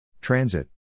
Transit